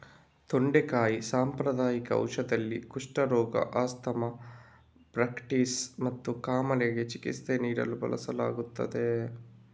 ತೊಂಡೆಕಾಯಿ ಸಾಂಪ್ರದಾಯಿಕ ಔಷಧದಲ್ಲಿ, ಕುಷ್ಠರೋಗ, ಆಸ್ತಮಾ, ಬ್ರಾಂಕೈಟಿಸ್ ಮತ್ತು ಕಾಮಾಲೆಗೆ ಚಿಕಿತ್ಸೆ ನೀಡಲು ಬಳಸಲಾಗುತ್ತದೆ